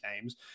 games